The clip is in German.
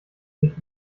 dich